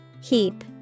Heap